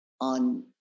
on